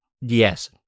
yes